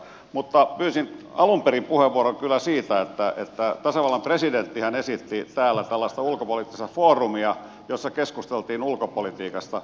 mutta pyysin alun perin puheenvuoron kyllä sen johdosta että tasavallan presidenttihän esitti täällä tällaista ulkopoliittista foorumia jossa keskusteltaisiin ulkopolitiikasta